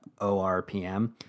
ORPM